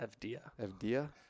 Evdia